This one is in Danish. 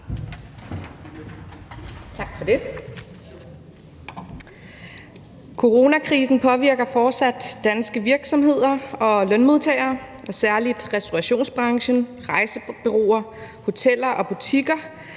Coronakrisen påvirker fortsat danske virksomheder og lønmodtagere, og særlig restaurationsbranchen, rejsebureauer, hoteller og butikker